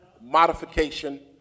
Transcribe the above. modification